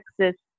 Texas